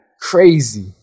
crazy